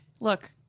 Look